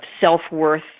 self-worth